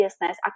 business